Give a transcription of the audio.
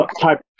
type